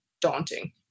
daunting